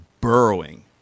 burrowing